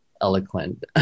eloquent